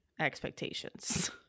expectations